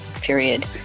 period